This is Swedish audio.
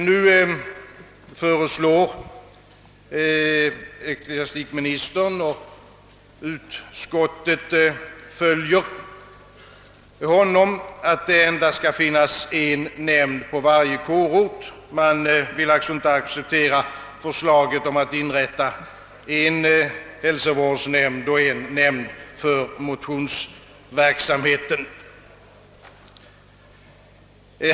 Nu föreslår ecklesiastikministern — och utskottet följer honom —, att det endast skall finnas en nämnd på varje kårort. Man vill alltså inte acceptera förslaget om att inrätta en hälsovårdsnämnd och en nämnd för motionsverksamheten.